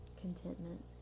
contentment